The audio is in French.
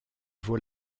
vaut